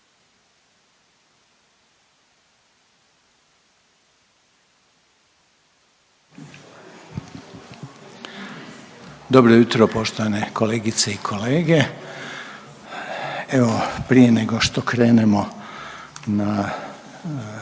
Dobro jutro poštovane kolegice i kolege. Evo prije nego što krenemo na